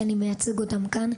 שאני מייצג אותם כאן,